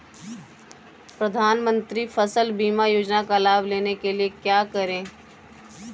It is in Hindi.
प्रधानमंत्री फसल बीमा योजना का लाभ लेने के लिए क्या करें?